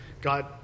God